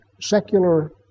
secular